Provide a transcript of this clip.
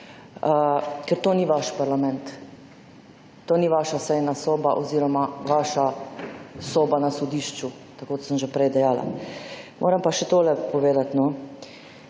ker to ni vaš parlament, to ni vaša sejna soba oziroma vaša soba na sodišču, kot sem že prej dejala. Moram pa še tole povedati,